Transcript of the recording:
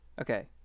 Okay